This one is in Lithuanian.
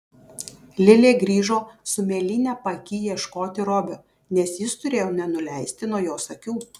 lilė grįžo su mėlyne paaky ieškoti robio nes jis turėjo nenuleisti nuo jos akių